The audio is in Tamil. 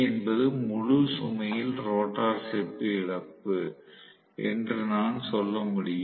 என்பது முழு சுமையில் ரோட்டார் செப்பு இழப்பு என்று நான் சொல்ல முடியும்